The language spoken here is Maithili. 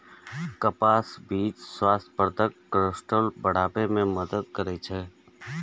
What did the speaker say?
कपासक बीच स्वास्थ्यप्रद कोलेस्ट्रॉल के बढ़ाबै मे मदति करै छै